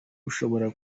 ushobora